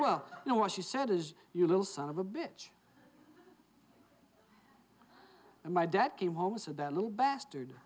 well you know what she said is you little son of a bitch and my dad came home so that little bastard